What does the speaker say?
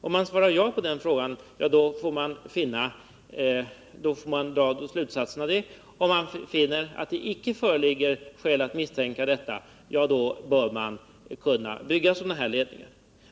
Svarar man ja på den frågan får man ta konsekvensen av det. Om man finner att det inte föreligger skäl att misstänka sådan inverkan, då bör man kunna bygga sådana här ledningar.